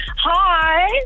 Hi